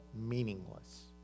meaningless